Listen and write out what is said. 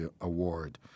Award